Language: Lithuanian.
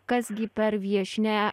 kas gi per viešnia